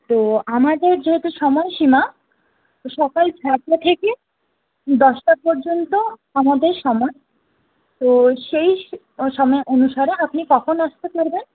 তো আমাদের যেহেতু সময়সীমা সকাল ছটা থেকে দশটা পর্যন্ত আমাদের সময় তো সেই সময় অনুসারে আপনি কখন আসতে পারবেন